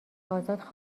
ازاد